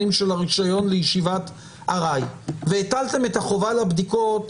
של הרישיון לישיבת ארעי והטלתם את החובה לבדיקות.